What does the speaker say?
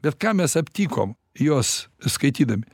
bet ką mes aptikom jos skaitydami